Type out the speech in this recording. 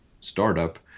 startup